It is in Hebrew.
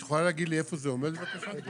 את יכולה להגיד לי איפה זה עומד, בבקשה?